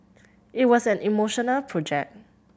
it was an emotional project